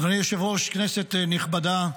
אדוני היושב-ראש, כנסת נכבדה,